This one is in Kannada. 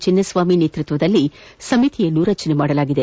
ಚಿನ್ನಸ್ವಾಮಿ ನೇತೃತ್ವದಲ್ಲಿ ಸಮಿತಿ ರಚಿಸಲಾಗಿದೆ